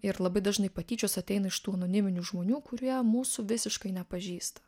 ir labai dažnai patyčios ateina iš tų anoniminių žmonių kurie mūsų visiškai nepažįsta